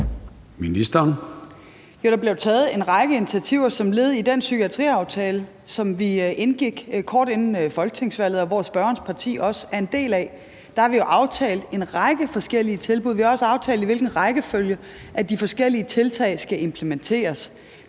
Jo, der bliver jo taget en række initiativer som led i den psykiatriaftale, som vi indgik kort før folketingsvalget, og som spørgerens parti også er en del af, og der har vi jo aftalt en række forskellige tilbud. Vi har også aftalt, i hvilken rækkefølge de forskellige tiltag skal implementeres.